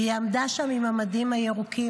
והיא עמדה שם עם המדים הירוקים,